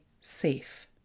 safe